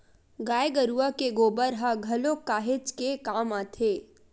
गाय गरुवा के गोबर ह घलोक काहेच के काम आथे